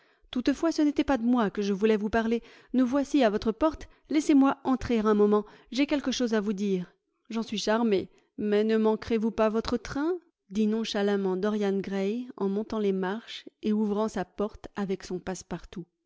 toutefois ce n'était pas de moi que je voulais vous parler nous voici à votre porte laissez-moi entrer un moment j'ai quelque chose à vous dire j'en suis charmé mais ne manquerez vous pas votre train p dit nonchalamment dorian gray en montant les marches et ouvrant sa porte avec son